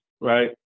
right